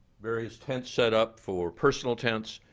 various tents set up for personal tents.